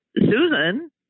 Susan